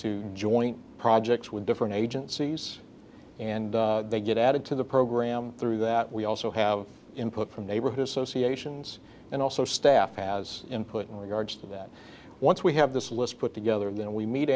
to joint projects with different agencies and they get added to the program through that we also have input from neighborhood associations and also staff has input in regards to that once we have this list put together then we meet